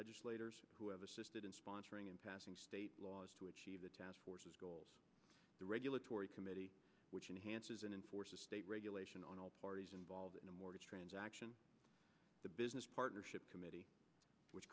legislators who have assisted in sponsoring and passing state laws to achieve the task forces goals the regulatory committee which enhances and enforces state regulation on all parties involved in the mortgage transaction the business partnership committee which